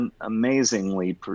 amazingly